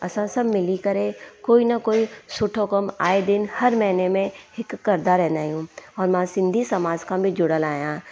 असां सभु मिली करे कोई ना कोई सुठो कमु आए दिन हर महीने में हिकु कंदा रहंदा आहियूं और मां सिंधी समाज खां बि जुड़ियल आहियां